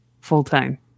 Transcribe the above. full-time